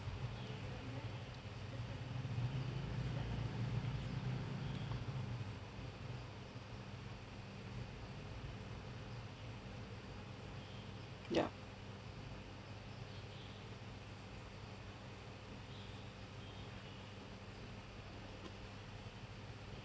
yup